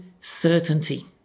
certainty